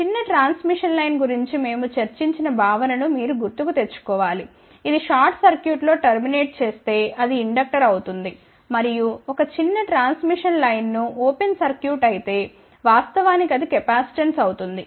చిన్న transmission line గురించి మేము చర్చించిన భావనను మీరు గుర్తు కు తెచ్చుకో వాలి ఇది షార్ట్ సర్క్యూట్ లో టర్మినేట్ చేస్తే అది ఇండక్టర్ అవుతుంది మరియు ఒక చిన్న ట్రాన్స్మిషన్ లైన్ను ఓపెన్ సర్క్యూట్ అయితే వాస్తవానికి అది కెపాసిటెన్స్ అవుతుంది